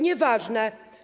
Nieważne.